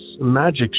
magic